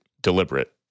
deliberate